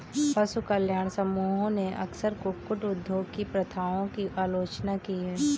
पशु कल्याण समूहों ने अक्सर कुक्कुट उद्योग की प्रथाओं की आलोचना की है